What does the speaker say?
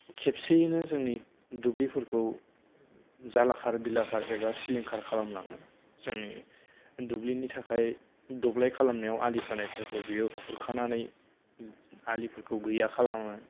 खेबसेयैनो जोंनि दुब्लिफोरखौ जालाखार बिलाखार एबा सिलिंखार खालामलाङो जोंनि दुब्लिनि थाखाय दब्लाइ खालामनायाव आलि होनायफोरखौ बेयो खुरखानानै आलिफोरखौ गैया खालामो